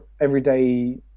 everyday